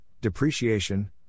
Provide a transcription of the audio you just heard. depreciation